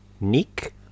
Nick